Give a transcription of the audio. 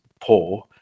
poor